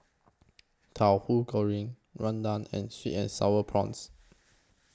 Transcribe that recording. Tauhu Goreng Rendang and Sweet and Sour Prawns